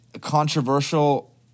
controversial